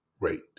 rate